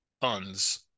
funds